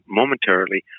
momentarily